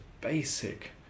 basic